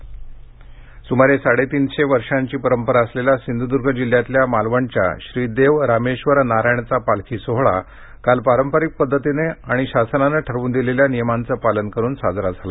रामेश्वर सुमारे साडेतीनशे वर्षांची परंपरा असलेला सिंधूदर्ग जिल्ह्यातल्या मालवणच्या श्री देव रामेश्वर नारायणचा पालखी सोहळा काल पारंपरिक पद्धतीनं आणि शासनानं ठरवून दिलेल्या नियमांचं पालन करून साजरा झाला